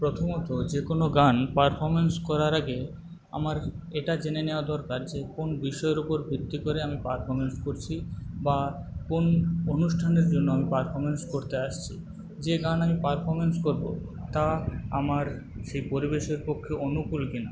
প্রথমত যেকোনো গান পারফমেন্স করার আগে আমার এটা জেনে নেওয়া দরকার যে কোন বিষয়ের ওপর ভিত্তি করে আমি পারফমেন্স করছি বা কোন অনুষ্ঠানের জন্য পারফমেন্স করতে আসছি যে গানে আমি পারফমেন্স করবো তা আমার সেই পরিবেশের পক্ষে অনুকূল কিনা